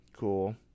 cool